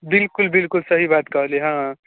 बिलकुल बिलकुल सही बात कहलियै हँ